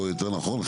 או יותר נכון,